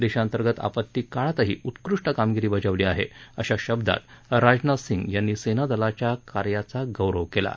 देशांतर्गत आपत्ती काळातही उत्कृष्ट कामगिरी बजावली आहे अशा शब्दात राजनाथ सिंग यांनी सेना दलांच्या कार्याचा गौरव केला आहे